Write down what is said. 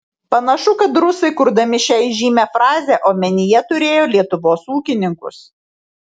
panašu kad rusai kurdami šią įžymią frazę omenyje turėjo lietuvos ūkininkus